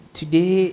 today